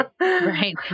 Right